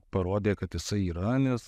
parodė kad jisai yra nes